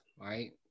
Right